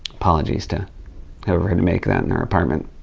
apologies to make that in their apartment,